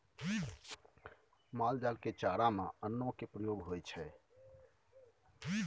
माल जाल के चारा में अन्नो के प्रयोग होइ छइ